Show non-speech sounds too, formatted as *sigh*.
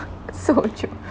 *laughs* soju *laughs*